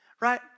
right